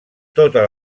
totes